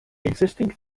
existing